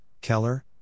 Keller